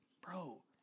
Bro